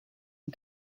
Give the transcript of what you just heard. and